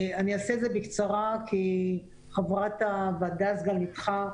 אני אעשה את זה בקצרה כי חברת הוועדה, סגניתך,